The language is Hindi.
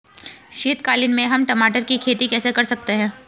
शीतकालीन में हम टमाटर की खेती कैसे कर सकते हैं?